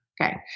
Okay